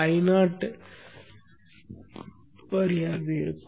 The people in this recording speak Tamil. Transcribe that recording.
Io வரியாக இருக்கும்